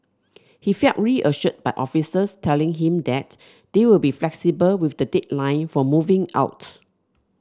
he felt reassured by officers telling him that they will be flexible with the deadline for moving out